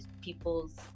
people's